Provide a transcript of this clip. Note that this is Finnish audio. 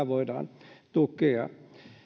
voidaan tukea